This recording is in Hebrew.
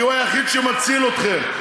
כי הוא היחיד שמציל אתכם.